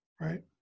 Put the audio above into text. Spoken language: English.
right